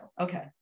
Okay